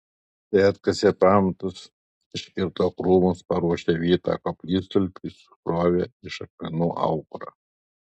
tai atkasė pamatus iškirto krūmus paruošė vietą koplytstulpiui sukrovė iš akmenų aukurą